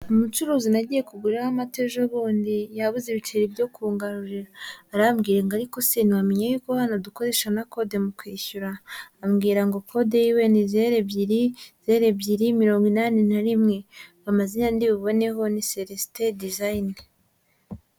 Umucuruzi nagiye kuguraho amata ejobundi yabuze ibiceri byo kungarurira, arambwira ngo ariko se ntiwamenya ko hano dukoresha na kode mu kwishyura? ambwira ngo kode y'iwe ni zero ebyiri zeri ebyiri mirongo inani na rimwe, amazina ndi buboneho ni Celestin design.